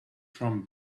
from